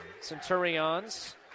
Centurions